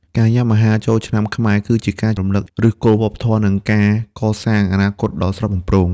ការញ៉ាំអាហារចូលឆ្នាំខ្មែរ គឺជាការរំលឹកដល់ឫសគល់វប្បធម៌ និងការកសាងអនាគតដ៏ស្រស់បំព្រង។